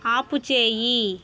ఆపుచేయి